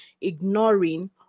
ignoring